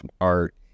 art